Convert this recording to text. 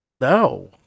no